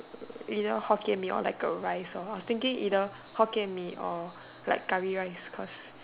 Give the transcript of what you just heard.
you know Hokkien Mee all like a rice or I was thinking either Hokkien Mee or like curry rice cause